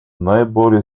наиболее